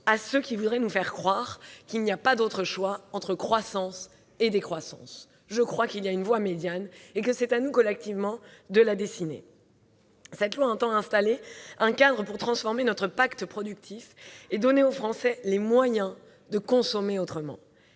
à ceux qui voudraient nous faire croire qu'il n'y a pas d'autre choix qu'entre croissance et décroissance. Je crois qu'il y a une voie médiane et que c'est à nous, collectivement, de la dessiner. Ce projet de loi entend installer un cadre pour transformer notre « pacte productif » et donner aux Français les moyens de consommer autrement.